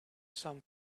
some